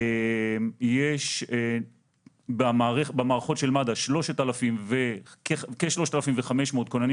יש במערכות של מד"א כ-3,500 כוננים